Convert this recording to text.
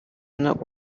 not